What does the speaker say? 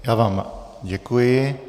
Já vám děkuji.